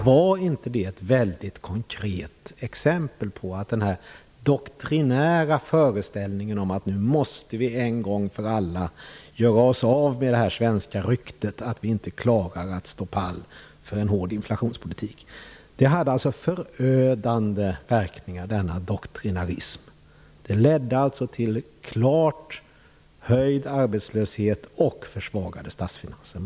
Var inte detta ett mycket konkret exempel på den här doktrinära föreställningen om att vi en gång för alla måste göra oss av med det svenska ryktet att vi inte klarar att stå pall för en hård inflationspolitik? Den här doktrinarismen hade förödande verkningar och ledde till klart ökad arbetslöshet och försvagade statsfinanser.